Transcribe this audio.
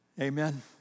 Amen